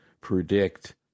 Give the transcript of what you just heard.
predict